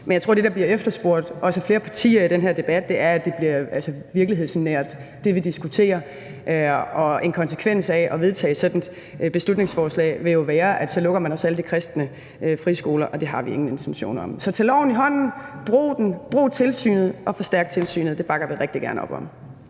men jeg tror, at det, der blev efterspurgt af flere partier i den her debat, er, at det, vi diskuterer, bliver virkelighedsnært. En konsekvens af at vedtage et sådant beslutningsforslag vil jo være, at så lukker man også alle de kristne friskoler, og det har vi ingen intentioner om. Så tag loven i hånden, brug den, brug tilsynet, og forstærk tilsynet. Det vil vi rigtig gerne bakke